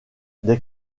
des